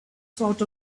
sort